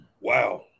Wow